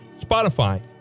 Spotify